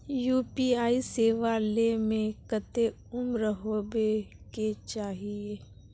UPI सेवा ले में कते उम्र होबे के चाहिए?